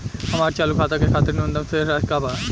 हमार चालू खाता के खातिर न्यूनतम शेष राशि का बा?